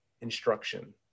instruction